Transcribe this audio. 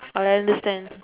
I understand